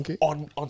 on